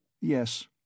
Yes